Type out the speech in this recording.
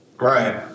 Right